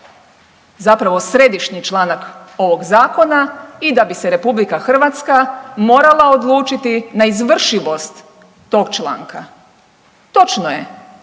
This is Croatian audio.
zapravo središnji članak ovog zakona i da bi se RH morala odlučiti na izvršivost tog članka. Točno je